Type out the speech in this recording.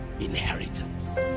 Inheritance